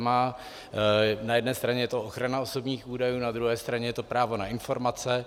Na jedné straně je to ochrana osobních údajů, na druhé straně je to právo na informace.